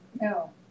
No